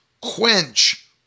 quench